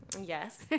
Yes